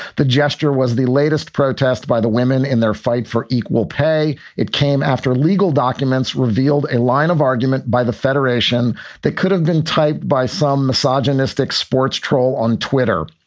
the gesture was the latest protest by the women in their fight for equal pay. it came after legal documents revealed a line of argument by the federation that could have been typed by some misogynistic sports troll on twitter.